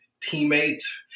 teammates